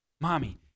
Mommy